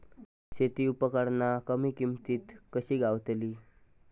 शेती उपकरणा कमी किमतीत कशी गावतली?